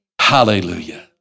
Hallelujah